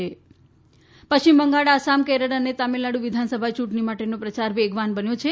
ત પશ્ચિમ બંગાળ આસામ કેરળ અને તમિલનાડુ વિધાનસભા ચૂંટણી માટેનો પ્રચાર વેગવાન બન્યો છે